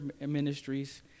ministries